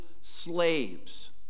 slaves